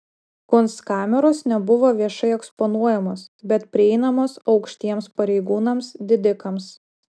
kunstkameros nebuvo viešai eksponuojamos bet prieinamos aukštiems pareigūnams didikams